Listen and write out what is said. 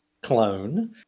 clone